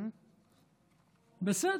בסדר,